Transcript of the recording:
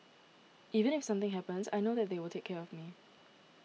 even if something happens I know that they will take care of me